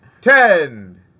Ten